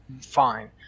fine